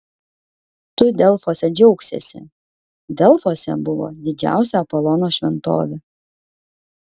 tu delfuose džiaugsiesi delfuose buvo didžiausia apolono šventovė